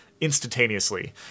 instantaneously